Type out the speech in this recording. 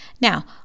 Now